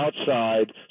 outside